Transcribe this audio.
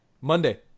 Monday